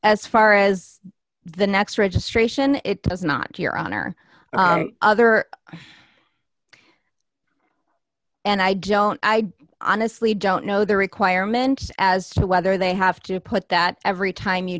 as far as the next registration it does not appear on or other and i don't i honestly don't know the requirements as to whether they have to put that every time you